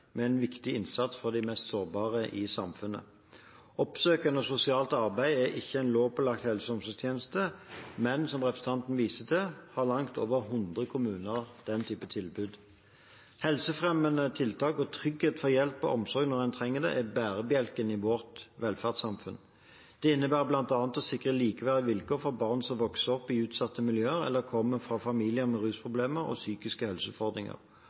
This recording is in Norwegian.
med en viktig innsats for de mest sårbare i samfunnet. Oppsøkende sosialt arbeid er ikke en lovpålagt helse- og omsorgstjeneste, men, som representanten viser til, langt over 100 kommuner har den typen tilbud. Helsefremmende tiltak og trygghet for hjelp og omsorg når man trenger det, er bærebjelker i vårt velferdssamfunn. Det innebærer bl.a. å sikre likeverdige vilkår for barn som vokser opp i utsatte miljøer, eller kommer fra familier med rusproblemer og psykiske helseutfordringer.